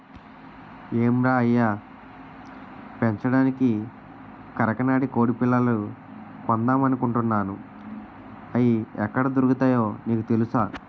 ఏం రయ్యా పెంచడానికి కరకనాడి కొడిపిల్లలు కొందామనుకుంటున్నాను, అయి ఎక్కడ దొరుకుతాయో నీకు తెలుసా?